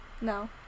No